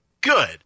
Good